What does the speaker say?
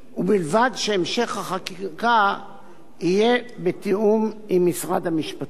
ובלבד שהמשך החקיקה יהיה בתיאום עם משרד המשפטים.